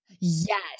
Yes